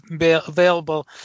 available